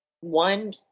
One